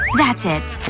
that's it.